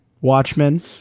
Watchmen